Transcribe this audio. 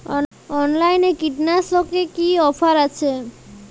অনলাইনে কীটনাশকে কি অফার আছে?